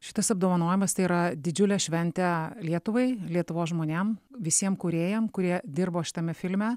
šitas apdovanojimas tai yra didžiulė šventė lietuvai lietuvos žmonėm visiem kūrėjam kurie dirbo šitame filme